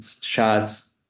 shots